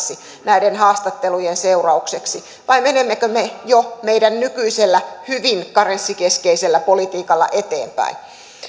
uudenlainen karenssi näiden haastattelujen seuraukseksi vai menemmekö me jo meidän nykyisellä hyvin karenssikeskeisellä politiikalla eteenpäin